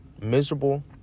miserable